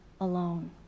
alone